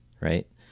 right